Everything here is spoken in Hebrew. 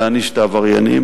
להעניש את העבריינים,